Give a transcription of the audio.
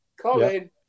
Colin